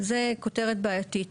זו כותרת בעייתית.